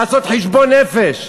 לעשות חשבון נפש.